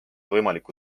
võimaliku